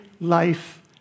life